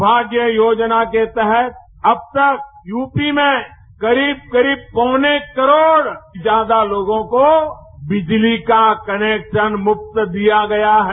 सौभाग्य योजना के तहत अब तक यूपी में करीब करीब पौने करोड़ ज्यादा लोगों को बिजली का कनेक्शन मुफ्त दिया गया है